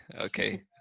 okay